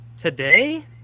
today